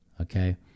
okay